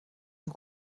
ihm